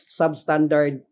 substandard